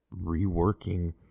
reworking